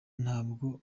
ntabwo